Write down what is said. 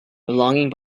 belonging